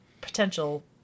potential